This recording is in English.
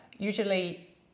usually